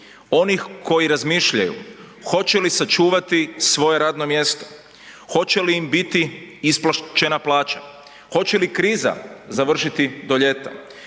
onih koji razmišljaju hoće li sačuvati svoje radno mjesto, hoće li im biti isplaćena plaća, hoće li kriza završiti do ljeta,